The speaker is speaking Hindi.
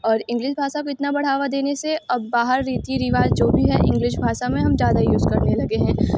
और इंग्लिस भाषा को इतना बढ़ावा देने से अब बाहर रीति रिवाज जो भी है इंग्लिश भाषा में हम ज़्यादा यूज़ करने लगे हैं